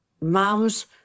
mums